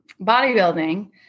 bodybuilding